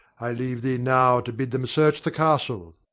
i leave thee now to bid them search the castle.